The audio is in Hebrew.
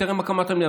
טרם הקמת המדינה,